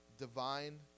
divine